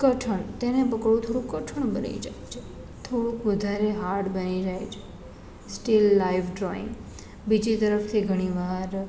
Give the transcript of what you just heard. કઠણ તેને પકડવું થોડું કઠણ બને છે થોડુંક વધારે હાર્ડ બની જાય છે સ્ટીલ લાઈવ ડ્રોઈંગ બીજી તરફથી ઘણી વાર